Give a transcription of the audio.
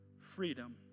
freedom